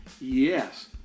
Yes